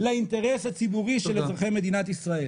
לאינטרס הציבורי של אזרחי מדינת ישראל?